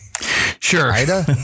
Sure